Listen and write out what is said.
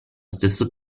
stesso